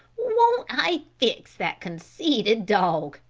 won't i fix that conceited dog!